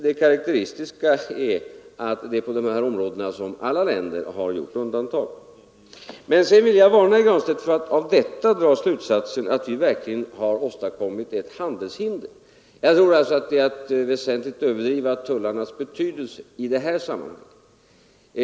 Det karakteristiska är att det är på det här området som alla länder har gjort undantag. Sedan vill jag varna herr Granstedt för att av detta dra slutsatsen att vi verkligen har åstadkommit ett handelshinder. Jag tror att det är att väsentligt överdriva tullarnas betydelse i detta sammanhang.